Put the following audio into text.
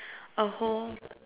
a whole